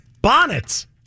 Bonnets